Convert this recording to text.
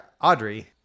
Audrey